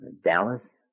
Dallas